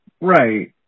right